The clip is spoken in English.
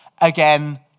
again